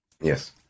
Yes